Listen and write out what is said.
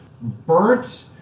burnt